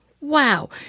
Wow